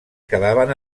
quedaven